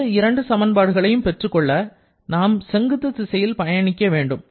அடுத்த இரண்டு பெற்றுக்கொள்ள நாம் செங்குத்து திசையில் பயணிக்க வேண்டும்